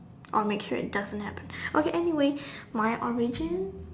or make sure it doesn't happens okay anyway my origin